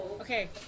Okay